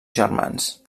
germans